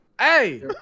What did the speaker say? Hey